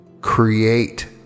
create